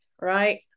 right